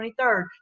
23rd